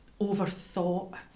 overthought